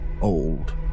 old